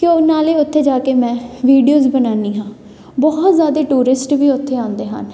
ਕਿ ਉਹ ਨਾਲੇ ਉੱਥੇ ਜਾ ਕੇ ਮੈਂ ਵੀਡੀਓਜ ਬਣਾਉਂਦੀ ਹਾਂ ਬਹੁਤ ਜ਼ਿਆਦਾ ਟੂਰਿਸਟ ਵੀ ਉੱਥੇ ਆਉਂਦੇ ਹਨ